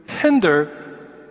hinder